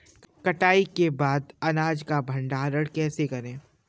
कटाई के बाद अनाज का भंडारण कैसे करें?